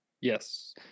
Yes